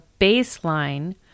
baseline